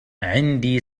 عندي